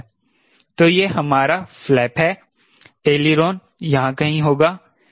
तो यह हमारा फ्लैप है एलीरोन यहां कहीं होगा